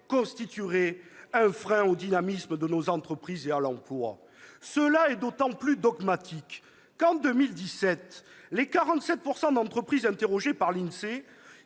constitueraient un frein au dynamisme de nos entreprises et à l'emploi. C'est d'autant plus dogmatique que, en 2017, les 47 % d'entreprises interrogées par l'INSEE